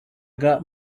got